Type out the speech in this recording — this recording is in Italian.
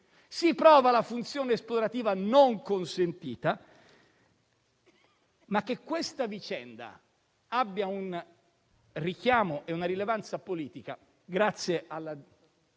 si prova la funzione esplorativa non consentita. Ma che questa vicenda abbia un richiamo e una rilevanza politica,